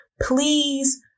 please